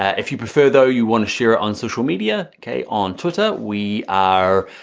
if you prefer though, you wanna share on social media okay, on twitter, we are